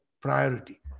priority